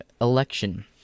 election